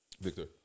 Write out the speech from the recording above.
Victor